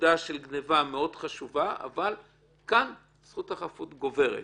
נקודה של גניבה חשובה מאוד, כאן זכות החפות גוברת.